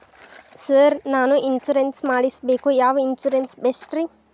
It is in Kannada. ಸರ್ ನಾನು ಇನ್ಶೂರೆನ್ಸ್ ಮಾಡಿಸಬೇಕು ಯಾವ ಇನ್ಶೂರೆನ್ಸ್ ಬೆಸ್ಟ್ರಿ?